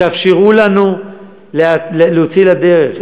תאפשרו לנו להוציא לדרך,